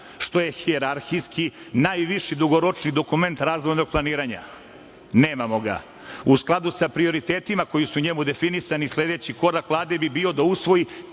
što je hijerarhijski najviši dugoročni dokument razvojnog planiranja. Nemamo ga.U skladu sa prioritetima koji su u njemu definisani, sledeći korak Vlade bi bio da usvoji